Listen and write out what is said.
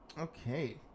okay